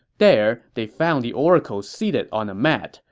there, they found the oracle seated on a mat.